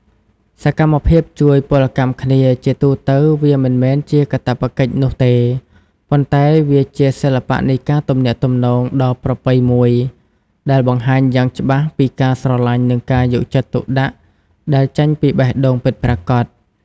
សកម្មភាពជួយពលកម្មគ្នា ជាទូទៅវាមិនមែនជាកាតព្វកិច្ចនោះទេ ប៉ុន្តែវាជាសិល្បៈនៃការទំនាក់ទំនងដ៏ប្រពៃមួយ ដែលបង្ហាញយ៉ាងច្បាស់ពីការស្រលាញ់និងការយកចិត្តទុកដាក់ដែលចេញពីបេះដូងពិតប្រាកដ។